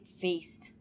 feast